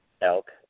elk